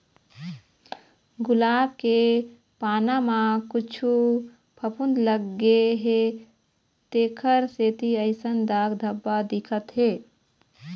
गुलाब के पाना म कुछु फफुंद लग गे हे तेखर सेती अइसन दाग धब्बा दिखत हे